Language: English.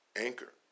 Anchor